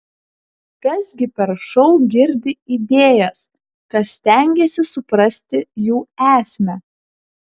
kas gi per šou girdi idėjas kas stengiasi suprasti jų esmę